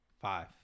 Five